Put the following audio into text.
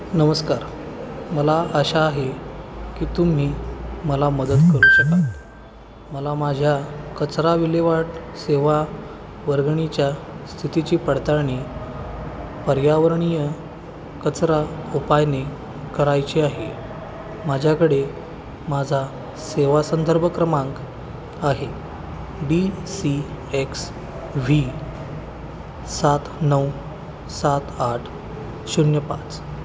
नमस्कार मला अशा आहे की तुम्ही मला मदत करू शकता मला माझ्या कचरा विल्हेवाट सेवा वर्गणीच्या स्थितीची पडताळणी पर्यावरणीय कचरा उपायाने करायचे आहे माझ्याकडे माझा सेवा संदर्भ क्रमांक आहे डी सी एक्स वी सात नऊ सात आठ शून्य पाच